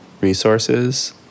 resources